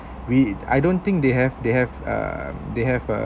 we I don't think they have they have uh they have uh